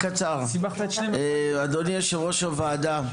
אדוני יושב-ראש הוועדה,